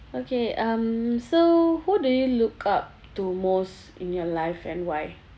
okay um so who do you look up to most in your life and why